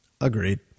agreed